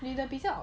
女的比较 observant